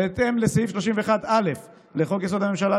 בהתאם לסעיף 31(א) לחוק-יסוד: הממשלה,